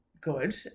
good